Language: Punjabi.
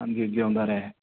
ਹਾਂਜੀ ਜਿਉਂਦਾ ਰਹਿ